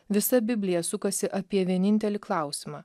visa biblija sukasi apie vienintelį klausimą